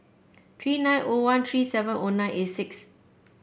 three nine O one three seven O nine eight six